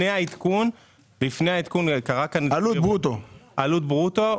עלות או ברוטו?